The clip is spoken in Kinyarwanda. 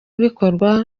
bikorwa